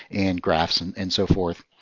and graphs, and and so forth.